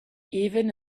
even